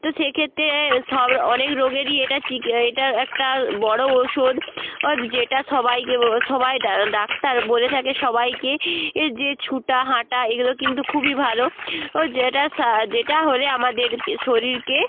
তো সেক্ষেত্রে সব র অনেক রোগেরই এটা চিকি এটা একটা বড় ঔষধ অধ যেটা সবাইকে সবাই ডা ডাক্তার বলে থাকে সবাইকে এ যে ছোটা হাঁটা এগুলো কিন্তু খুবই ভালো ও যেটা সা যেটা হলে আমাদেরকে শরীরকে